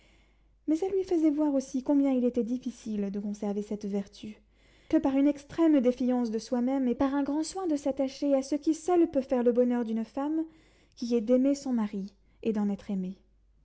mais elle lui faisait voir aussi combien il était difficile de conserver cette vertu que par une extrême défiance de soi-même et par un grand soin de s'attacher à ce qui seul peut faire le bonheur d'une femme qui est d'aimer son mari et d'en être aimée